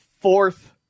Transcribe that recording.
fourth